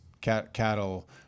cattle